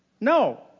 No